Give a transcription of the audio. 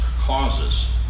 causes